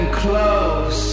close